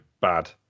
bad